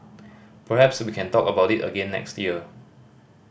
perhaps we can talk about it again next year